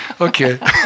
Okay